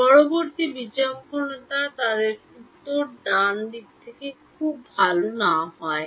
পরবর্তী বিচক্ষণতা তাদের উত্তর ডান খুব খুব আলাদা হয় না